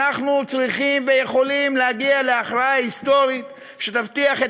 אנחנו צריכים ויכולים להגיע להכרעה היסטורית שתבטיח את